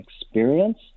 experience